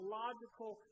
logical